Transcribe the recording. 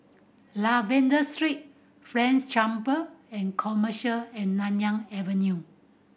Lavender Street French Chamber and Commerce and Nanyang Avenue